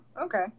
okay